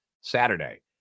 Saturday